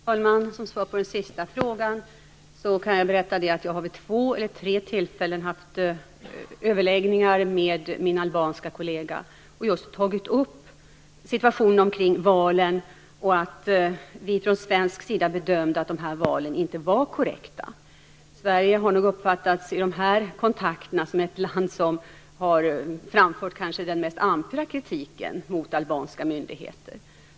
Fru talman! Som svar på den sista frågan kan jag berätta att jag vid två eller tre tillfällen har haft överläggningar med min albanske kollega och just tagit upp situationen kring valen och att vi från svensk sida bedömde att dessa val inte var korrekta. Sverige har nog i dessa kontakter uppfattats som ett land som har framfört den kanske mest ampra kritiken mot albanska myndigheter.